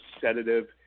sedative